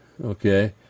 okay